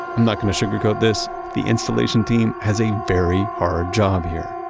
i'm not going to sugarcoat this. the installation team has a very hard job here.